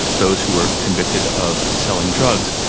those who were convicted of selling drugs.